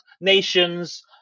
nations